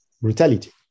brutality